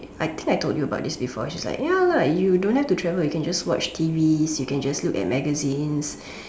I think I told you about this before she's like ya lah you don't have to travel you can just watch T_Vs you can just look at magazines